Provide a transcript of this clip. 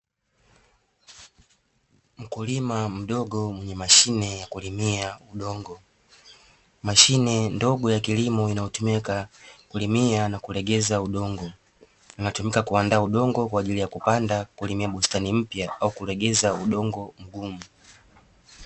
Mkulima mdogo mwenye mashine ya kulimia udongo. Mashine ndogo ya kilimo inayotumika kulimia na kulegeza udongo, inatumika kuandaa udongo kwa ajili ya kupanda kulimia bustani mpya au kulegeza udongo mgumu.